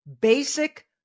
basic